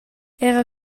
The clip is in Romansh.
era